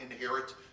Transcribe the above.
inherit